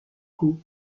coup